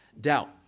doubt